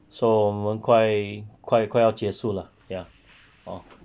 so 快快快要结束了 ya hor